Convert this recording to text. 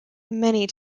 many